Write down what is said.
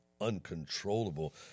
uncontrollable